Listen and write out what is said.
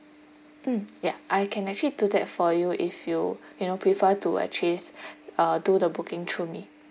um yeah I can actually do that for you if you you know prefer to actually uh do the booking through me